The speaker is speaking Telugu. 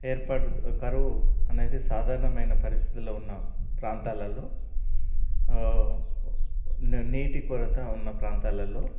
ఏర్పడదు కరువు అనేది సాధారణమైన పరిస్థితిలో ఉన్న ప్రాంతాలలో న నీటి కొరత ఉన్న ప్రాంతాలలో